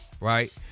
right